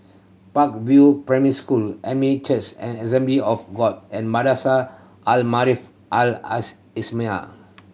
Park View Primary School Elim Church and Assembly of God and Madrasah Al Maarif Al Islamiah